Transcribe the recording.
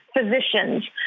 physicians